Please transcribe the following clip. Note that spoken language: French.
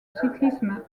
cyclisme